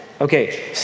okay